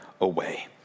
away